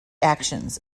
actions